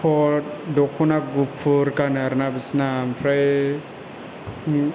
कट दख'ना गुफुर गानो आरोना बिसिना ओमफ्राय